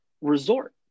resort